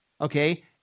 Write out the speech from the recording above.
okay